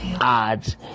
odds